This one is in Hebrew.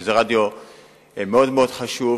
שזה רדיו מאוד חשוב,